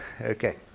Okay